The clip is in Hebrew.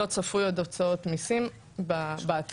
לא צפויות עוד הוצאות מיסים בעתיד.